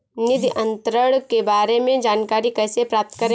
निधि अंतरण के बारे में जानकारी कैसे प्राप्त करें?